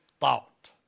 thought